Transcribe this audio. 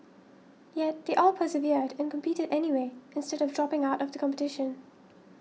yet they all persevered and competed anyway instead of dropping out of the competition